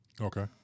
Okay